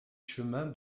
chemin